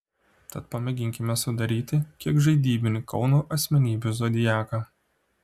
tad pamėginkime sudaryti kiek žaidybinį kauno asmenybių zodiaką